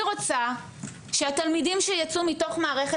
אני חושבת שהשעות היחידות שיהיו ברזל ויהיו בונקר בתוך המערכת